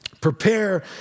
Prepare